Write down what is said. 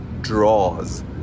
draws